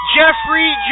Jeffrey